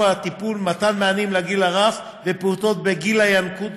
הטיפול: מתן מענים לגיל הרך ופעוטות בגיל הינקות,